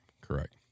correct